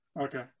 Okay